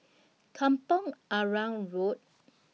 Kampong Arang Road